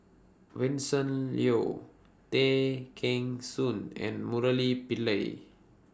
Vincent Leow Tay Kheng Soon and Murali Pillai